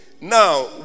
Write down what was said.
Now